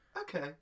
Okay